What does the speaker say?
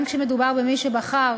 אם חלילה הם יצטרכו,